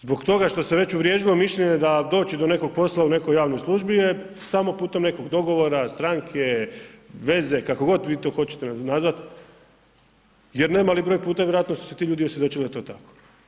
Zbog toga što se već uvriježilo mišljenje da doći do nekog posla u nekoj javnoj službi je samo putem nekog dogovora, stranke, veze kako god vi to hoćete nazvat jer ne mali broj puta vjerojatno su se ti ljudi osvjedočili da je to tako.